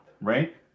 right